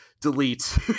Delete